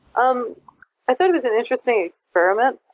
um i thought it was an interesting experiment.